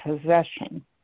possession